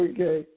Okay